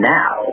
now